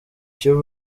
icyo